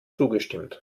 zugestimmt